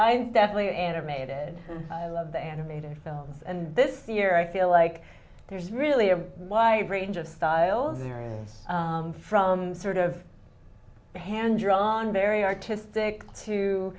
deathly animated i love the animated films and this year i feel like there's really a why range of styles vary from sort of hand drawn very artistic to